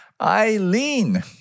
Eileen